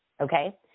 Okay